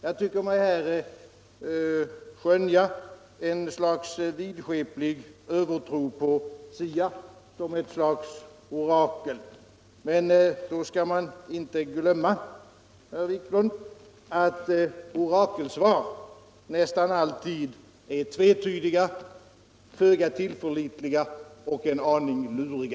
Jag tycker mig här skönja ett slags vidskeplig övertro på SIA som ett orakel. Men då skall man inte glömma, herr Wiklund, att orakelsvar nästan alltid är tvetydiga, föga tillförlitliga och en aning luriga.